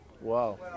Wow